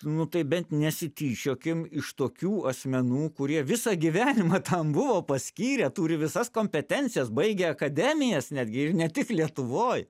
nu tai bent nesityčiokim iš tokių asmenų kurie visą gyvenimą tam buvo paskyrę turi visas kompetencijas baigę akademijas netgi ir ne tik lietuvoj